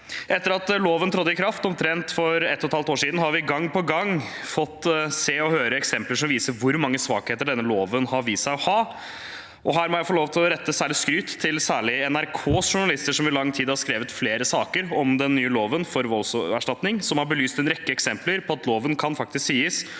Etter at loven trådte i kraft, omtrent for ett og et halvt år siden, har vi gang på gang fått se og høre eksempler som viser hvor mange svakheter denne loven har vist seg å ha. Her må jeg få lov til å rette skryt til særlig NRKs journalister, som i lang tid har skrevet flere saker om den nye loven for voldserstatning og belyst en rekke eksempler på at loven faktisk kan